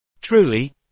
Truly